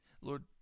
Lord